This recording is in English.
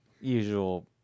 usual